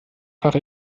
fach